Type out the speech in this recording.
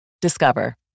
Discover